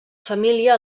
família